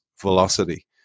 velocity